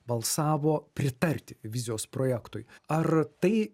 balsavo pritarti vizijos projektui ar tai